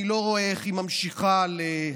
אני לא רואה איך היא ממשיכה הלאה,